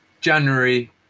January